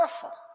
powerful